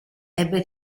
ebbe